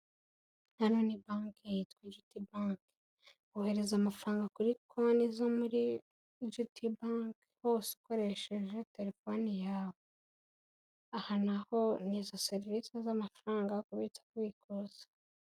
Hano ni banki yitwa GTBanki. Ohereza amafaranga kuri konti zo muri GTBanki hose ukoresheje terefoni yawe. Aha na ho ni izo serivisi z'amafaranga kubitsa kubikuza.